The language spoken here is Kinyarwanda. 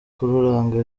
karuranga